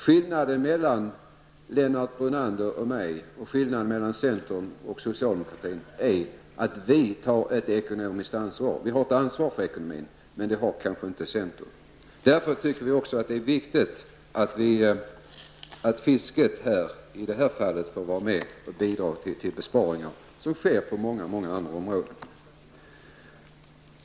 Skillnaden mellan centern och socialdemokratin -- och mellan Lennart Brunander och mig -- är att vi tar ett ekonomiskt ansvar, men det gör kanske inte centern. Vi tycker därför också att det är viktigt att fisket i detta fall får vara med och bidra till besparingar, som sker på många andra områden.